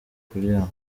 kuryama